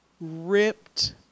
ripped